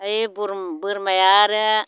ओमफ्राय बोरमाया आरो